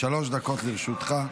שלוש דקות לרשותך.